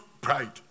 pride